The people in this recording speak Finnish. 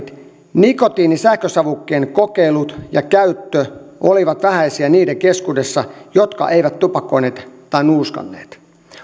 nikotiinisähkösavukkeen kokeilut ja käyttö olivat vähäisiä niiden keskuudessa jotka eivät tupakoineet tai nuuskanneet